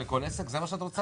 זה מה שאת רוצה?